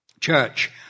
church